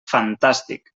fantàstic